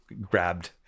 grabbed